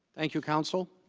thank you counsel